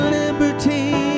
liberty